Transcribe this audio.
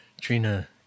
Trina